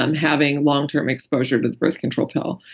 um having long term exposure to the birth control pill,